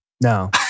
no